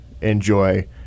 enjoy